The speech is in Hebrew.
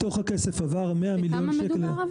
מתוך הכסף עברו 100 מיליון שקלים --- בכמה מדובר?